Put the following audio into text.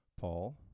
Paul